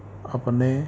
ਆਪਣੇ